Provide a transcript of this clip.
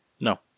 No